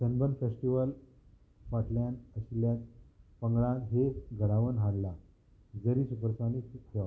sunburn festival फाटल्यान आशिल्ल्या पंगडान हे घडोवन हाडला जरी सुपरसॉनीक खेळप